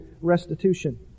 restitution